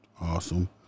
awesome